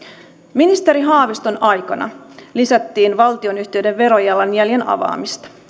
ministeri haaviston aikana lisättiin valtionyhtiöiden verojalanjäljen avaamista